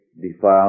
Defile